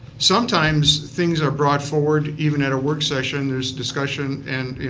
sometimes things are brought forward, even at a work session, there's discussion and you